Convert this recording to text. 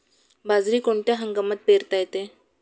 बाजरी कोणत्या हंगामात पेरता येते?